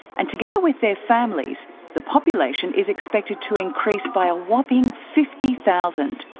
and together with their families the population is expected to increase by a whopping fifty thousand.